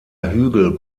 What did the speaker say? hügel